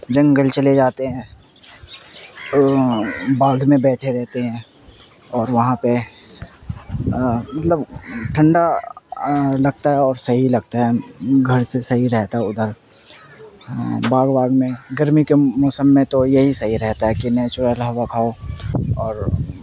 جنگل چلے جاتے ہیں اور باغ میں بیٹھے رہتے ہیں اور وہاں پہ مطلب ٹھنڈا لگتا ہے اور سہی لگتا ہے گھر سے سہی رہتا ہے ادھر باغ واغ میں گرمی کے موسم میں تو یہی سہی رہتا ہے کہ نیچورل ہوا کھاؤ اور